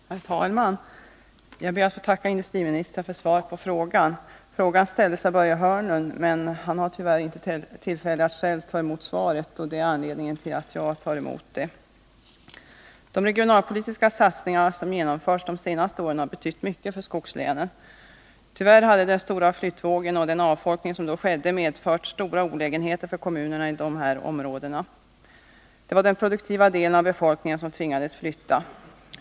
Herr talman! Jag ber att få tacka industriministern för svaret på frågan. Frågan ställdes av Börje Hörnlund, men han har tyvärr ej tillfälle att själv ta emot svaret, och det är anledningen till att jag gör det. De regionalpolitiska satsningar som genomförts de senaste åren har betytt mycket för skogslänen. Tyvärr hade den stora flyttvågen och den avfolkning som då skedde medfört stora olägenheter för kommunerna i dessa områden. Det var den produktiva delen av befolkningen som tvingades flytta.